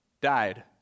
died